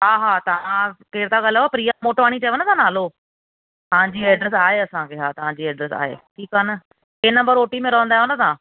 हा हा तव्हां केरु था ॻाल्हायो प्रिया मोटवाणी चयव न तव्हां नालो तव्हांजी एड्रेस आहे असांखे हा तव्हांजी एड्रेस आहे ठीक आहे न टे नम्बर ओटीअ में रहंदा आहियो न तव्हां